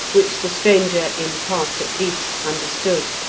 which the stranger in part at least understood,